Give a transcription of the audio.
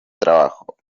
trabajo